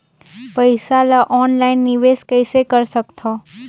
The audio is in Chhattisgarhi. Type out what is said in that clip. पईसा ल ऑनलाइन निवेश कइसे कर सकथव?